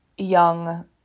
young